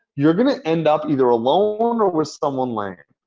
you're going to end up either alone or with someone lame.